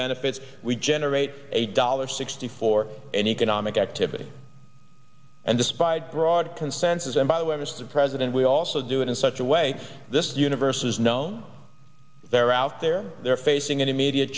benefits we generate a dollar sixty for an economic activity and despite broad consensus and by the way mr president we also do it in such a way this universe is known they're out there they're facing an immediate